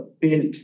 built